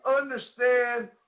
understand